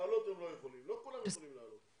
לעלות הם לא יכולים, לא כולם יכולים לעלות.